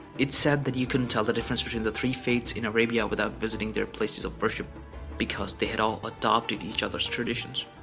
it's said that you couldn't tell the difference between the three faiths in arabia without visiting their places of worship because they had all adopted each other's traditions.